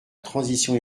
transition